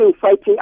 fighting